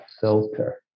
filter